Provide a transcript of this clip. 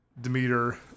Demeter